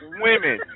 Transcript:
women